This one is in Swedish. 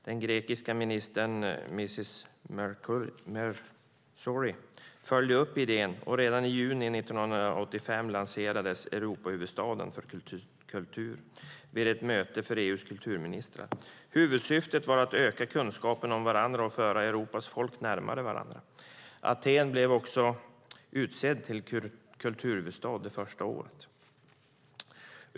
Den grekiska ministern, mrs Mercouri, följde upp idén, och redan i juni 1985 lanserades Europahuvudstaden för kultur vid ett möte för EU:s kulturministrar. Huvudsyftet var att öka kunskaperna om varandra och föra Europas folk närmare varandra. Aten blev utsett till kulturhuvudstad det första året.